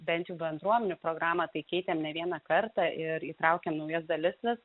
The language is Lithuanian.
bent jau bendruomenių programą tai keitėm ne vieną kartą ir įtraukėm naujas dalis vis